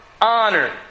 honor